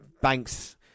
Banks